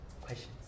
Questions